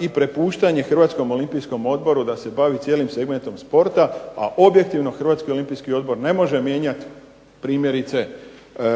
i prepuštanje Hrvatskom olimpijskom odboru da se bavi cijelim segmentom sporta, a objektivno Hrvatski olimpijski odbor ne može mijenjati primjerice